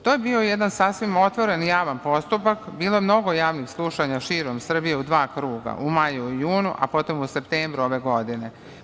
To je bio jedan sasvim otvoren i javni postupak, bilo je mnogo javnih slušanja širom Srbije u dva kruga, u maju i junu, a potom u septembru ove godine.